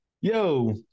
Yo